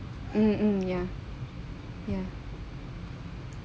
mmhmm ya ya